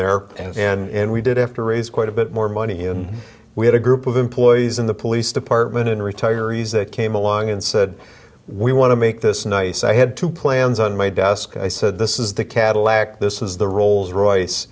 there and we did have to raise quite a bit more money and we had a group of employees in the police department and retirees that came along and said we want to make this nice i had two plans on my desk i said this is the cadillac this is the rolls royce